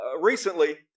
recently